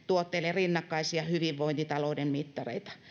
rinnakkaisia hyvinvointitalouden mittareita